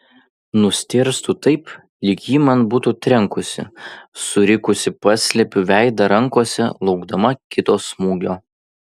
nustėrstu taip lyg ji man būtų trenkusi surikusi paslepiu veidą rankose laukdama kito smūgio